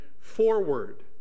forward